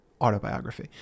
autobiography